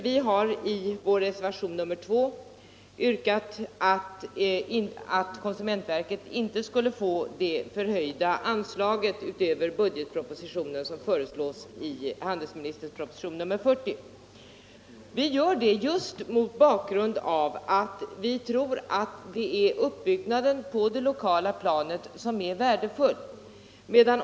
Vi har i reservationen 2 yrkat att konsumentverket inte skall få det förhöjda anslag som föreslås i handelsministerns proposition nr 40. Vi gör det just mot bakgrund av att vi tror att det är uppbyggnaden på det lokala planet som är värdefull.